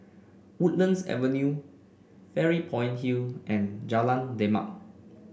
Woodlands Avenue Fairy Point Hill and Jalan Demak